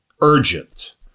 urgent